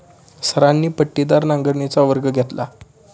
सरांनी पट्टीदार नांगरणीचा वर्ग घेतला